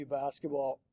basketball